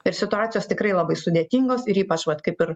ir situacijos tikrai labai sudėtingos ir ypač vat kaip ir